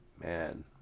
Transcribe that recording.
Man